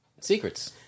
secrets